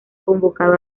convocado